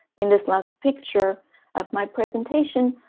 in this last picture of my presentation,